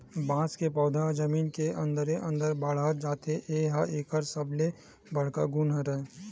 बांस के पउधा ह जमीन के अंदरे अंदर बाड़हत जाथे ए ह एकर सबले बड़का गुन हरय